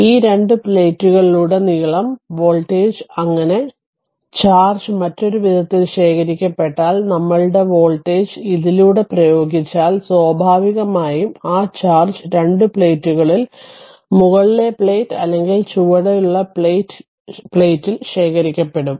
ഈ രണ്ട് പ്ലേറ്റുകളിലുടനീളം വോൾട്ടേജ് അങ്ങനെ ചാർജ് മറ്റൊരു വിധത്തിൽ ശേഖരിക്കപ്പെട്ടാൽ നമ്മളുടെ വോൾട്ടേജ് ഇതിലൂടെ പ്രയോഗിച്ചാൽ സ്വാഭാവികമായും ആ ചാർജ് രണ്ട് പ്ലേറ്റുകളിൽ മുകളിലെ പ്ലേറ്റിൽ അല്ലെങ്കിൽ ചുവടെ പ്ലേറ്റിൽ ശേഖരിക്കപ്പെടും